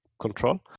control